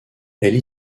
elle